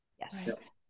yes